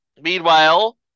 Meanwhile